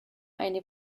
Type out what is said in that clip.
eine